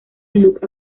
luke